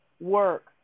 work